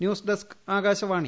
news desk Akashvani